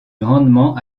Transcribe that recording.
grandement